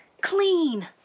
clean